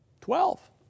Twelve